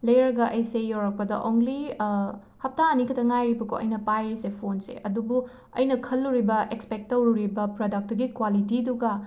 ꯂꯩꯔꯒ ꯑꯩꯁꯦ ꯌꯧꯔꯛꯄꯗ ꯑꯣꯡꯂꯤ ꯍꯞꯇꯥ ꯑꯅꯤ ꯈꯛꯇ ꯉꯥꯏꯔꯤꯕꯀꯣ ꯑꯩꯅ ꯄꯥꯏꯔꯤꯁꯦ ꯐꯣꯟꯁꯦ ꯑꯗꯨꯕꯨ ꯑꯩꯅ ꯈꯜꯂꯨꯔꯤꯕ ꯑꯦꯛꯁꯄꯦꯛ ꯇꯧꯔꯨꯔꯤꯕ ꯄ꯭ꯔꯗꯛꯇꯨꯒꯤ ꯀ꯭ꯋꯥꯂꯤꯇꯤꯗꯨꯒ